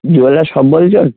jeweller shop বলছেন